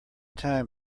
time